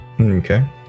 Okay